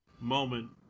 moment